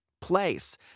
place